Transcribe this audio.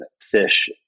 fish